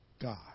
God